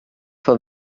for